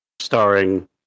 starring